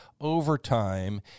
overtime